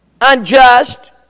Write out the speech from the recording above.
unjust